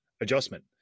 adjustment